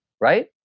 right